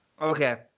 Okay